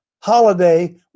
holiday